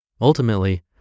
Ultimately